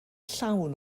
llawn